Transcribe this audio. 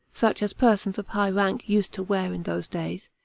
such as persons of high rank used to wear in those days,